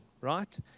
right